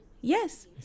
yes